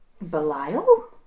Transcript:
Belial